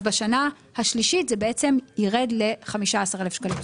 אז בשנה השלישית זה בעצם יירד ל-15,000 שקלים.